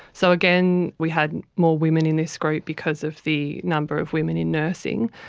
so again, we had more women in this group because of the number of women in nursing,